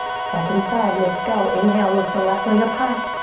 second side, let's go. inhale lift the left leg up high.